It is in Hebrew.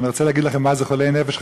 אני רוצה להגיד לכם מה זה חולי נפש,